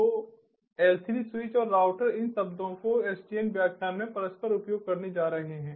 तो L3 switch और router इन शब्दों को SDN व्याख्यान में परस्पर उपयोग करने जा रहे हैं